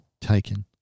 taken